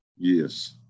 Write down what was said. yes